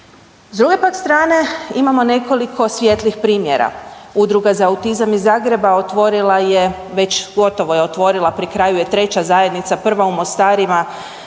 S druge pak strane imamo nekoliko svijetlih primjera Udruga za autizam iz Zagreba otvorila je, već gotovo je otvorila pri kraju je 3 zajednica, prva u Mostarima,